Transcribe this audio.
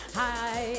hi